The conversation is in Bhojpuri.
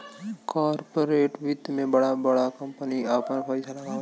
कॉर्पोरेट वित्त मे बड़ा बड़ा कम्पनी आपन पइसा लगावला